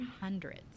hundreds